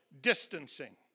distancing